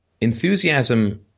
enthusiasm